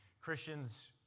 Christians